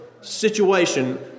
situation